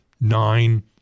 nine